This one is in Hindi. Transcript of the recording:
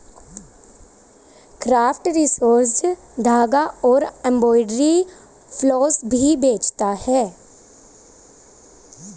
क्राफ्ट रिसोर्सेज धागा और एम्ब्रॉयडरी फ्लॉस भी बेचता है